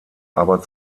aber